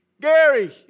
Gary